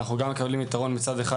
אנחנו מקבלים יתרון מצד אחד,